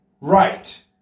Right